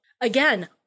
again